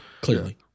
Clearly